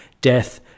Death